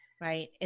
Right